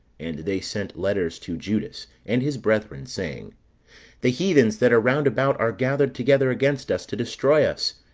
and they sent letters to judas, and his brethren, saying the heathens that are round about are gathered together against us to destroy us